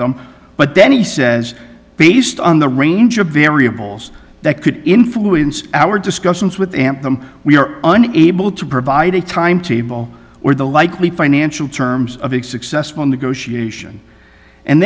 them but then he says based on the range of variables that could influence our discussions with amp them we are unable to provide a timetable or the likely financial terms of it successful negotiation and